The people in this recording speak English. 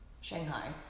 Shanghai